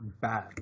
bad